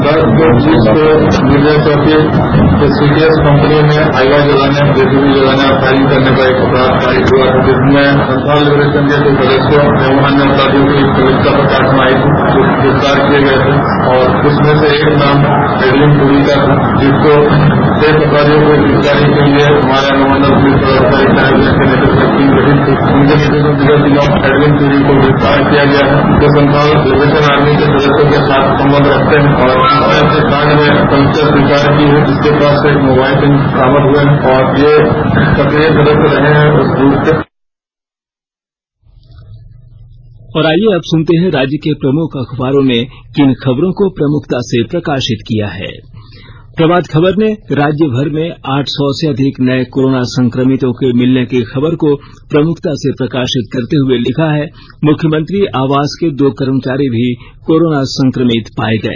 अब अखबारों की सुर्खियां और आईये अब सुनते हैं राज्य के प्रमुख अखबारों ने किन खबरों को प्रमुखता से प्रकाशित किया है प्रभात खबर ने राज्य भर में आठ सौ से अधिक नए कोरोना संक्रमितों के मिलने की खबर को प्रमुखता से प्रकाशित करते हुए लिखा है मुख्यमंत्री आवास के दो कर्मचारी भी कोरोना संक्रमित पाए गए